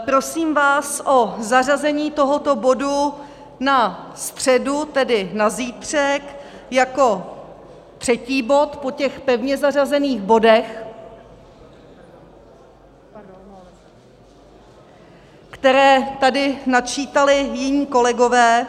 Prosím vás o zařazení tohoto bodu na středu, tedy na zítřek, jako třetího bodu po těch pevně zařazených bodech, které tady načítali jiní kolegové.